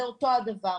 זה אותו הדבר.